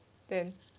then